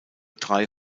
drei